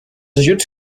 ajuts